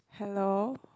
hello